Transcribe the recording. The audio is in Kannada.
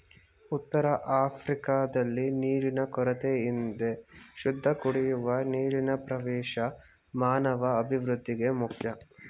ಉತ್ತರಆಫ್ರಿಕಾದಲ್ಲಿ ನೀರಿನ ಕೊರತೆಯಿದೆ ಶುದ್ಧಕುಡಿಯುವ ನೀರಿನಪ್ರವೇಶ ಮಾನವಅಭಿವೃದ್ಧಿಗೆ ಮುಖ್ಯ